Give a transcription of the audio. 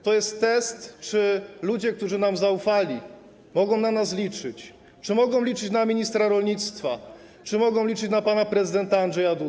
To jest test, czy ludzie, którzy nam zaufali, mogą na nas liczyć, czy mogą liczyć na ministra rolnictwa, czy mogą liczyć na prezydenta Andrzeja